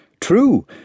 True